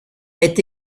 est